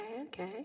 okay